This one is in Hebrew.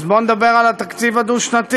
אז בואו נדבר על התקציב הדו-שנתי,